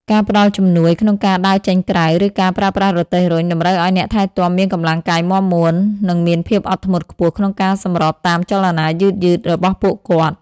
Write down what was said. ការផ្តល់ជំនួយក្នុងការដើរចេញក្រៅ ឬការប្រើប្រាស់រទេះរុញ តម្រូវឱ្យអ្នកថែទាំមានកម្លាំងកាយមាំមួន និងមានភាពអត់ធ្មត់ខ្ពស់ក្នុងការសម្របតាមចលនាយឺតៗរបស់ពួកគាត់។